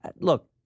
Look